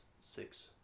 six